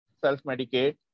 self-medicate